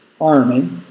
army